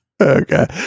Okay